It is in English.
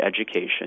education